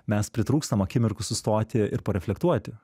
mes pritrūkstam akimirkų sustoti ir reflektuoti